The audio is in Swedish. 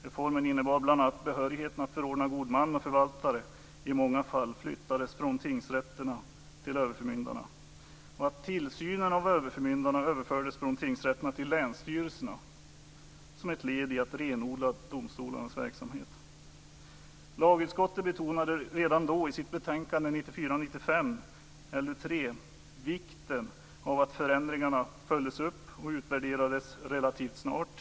Reformen innebar bl.a. att behörigheten att förordna god man och förvaltare i många fall flyttades från tingsrätterna till överförmyndarna och att tillsynen över överförmyndarna överfördes från tingsrätterna till länsstyrelserna. Detta var ett led i att renodla domstolarnas verksamhet. Lagutskottet betonade redan då i sitt betänkande 1994/95:LU3 vikten av att förändringarna följdes upp och utvärderades relativt snart.